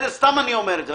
סתם אני אומר את זה,